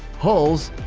hulls,